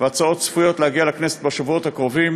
ההצעות צפויות להגיע לכנסת בשבועות הקרובים